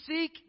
seek